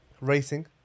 racing